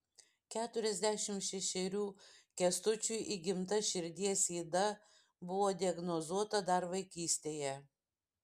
keturiasdešimt šešerių kęstučiui įgimta širdies yda buvo diagnozuota dar vaikystėje